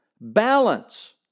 balance